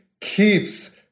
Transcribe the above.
keeps